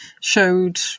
showed